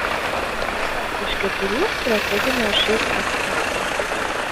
vienas iš keturių strateginio živ aspektų